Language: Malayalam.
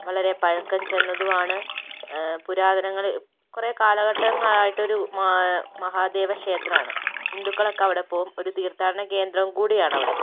വളരെ പഴക്കം ചെന്നതും ആണ് പുരാതന കുറെ കാലഘട്ടങ്ങളായിട്ട് ഒരു മാ മഹാദേവ ക്ഷേത്രം ആണ് ഹിന്ദുക്കളൊക്കെ അവിടെ പോകും ഒരു തീർത്ഥാടന കേന്ദ്രം കൂടി ആണ് അവിടെ